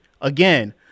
Again